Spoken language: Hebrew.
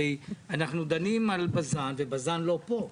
הרי אנחנו דנים על בז"ן ובז"ן לא פה.